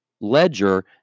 ledger